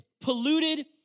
polluted